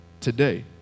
today